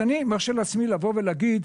אני מרשה לעצמי לבוא ולהגיד,